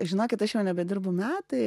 žinokit aš jau nebedirbu metai